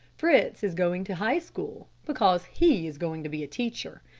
fritz is going to high school, because he is going to be a teacher.